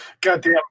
Goddamn